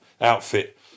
outfit